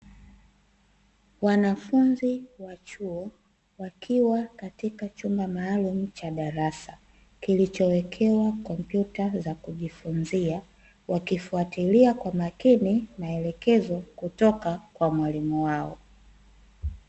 Wanafunzi wa chuo, wakiwa katika chumba maalumu cha darasa, kilichowekewa kompyuta za kujifunzia, wakifuatilia kwa makini maelekezo kutoka kwa mwalimu wao.